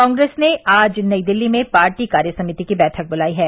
कांग्रेस ने आज नई दिल्ली में पार्टी कार्य समिति की बैठक बुलाई है